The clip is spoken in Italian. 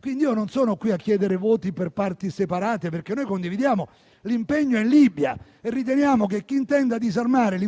Non sono qui a chiedere voti per parti separate, perché condividiamo l'impegno in Libia e riteniamo che chi intende disarmarlo